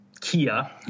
Kia